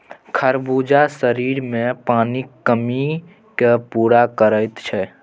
खरबूजा शरीरमे पानिक कमीकेँ पूरा करैत छै